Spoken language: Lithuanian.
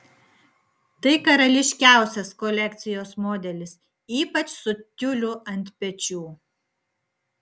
tai karališkiausias kolekcijos modelis ypač su tiuliu ant pečių